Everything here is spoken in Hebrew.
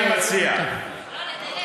הכנסת, מה שאני מציע, לא, לדייק.